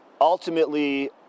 ultimately